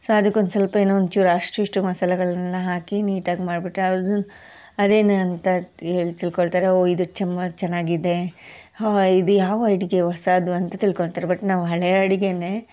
so ಅದಕ್ಕೊಂದು ಸ್ವಲ್ಪ ಏನೋ ಒಂಚೂರು ಅಷ್ಟು ಇಷ್ಟು ಮಸಾಲೆಗಳ್ನ ಹಾಕಿ ನೀಟಾಗಿ ಮಾಡಿಬಿಟ್ರೆ ಅದು ಅದೇನಂತ ಹೇಳ್ ತಿಳ್ಕೊಳ್ತಾರೆ ಓಹ್ ಇದು ತುಂಬ ಚೆನ್ನಾಗಿದೆ ಹೋ ಇದು ಯಾವ ಅಡುಗೆ ಹೊಸದು ಅಂತ ತಿಳ್ಕೊಳ್ತಾರೆ ಬಟ್ ನಾವು ಹಳೆಯ ಅಡುಗೇನೆ